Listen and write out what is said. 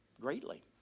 greatly